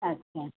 अच्छा